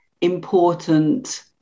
important